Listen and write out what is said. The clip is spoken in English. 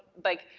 like,